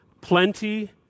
plenty